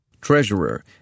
Treasurer